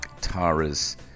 tara's